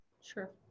Sure